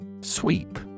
Sweep